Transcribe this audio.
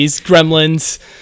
gremlins